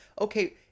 okay